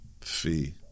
Fee